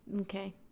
Okay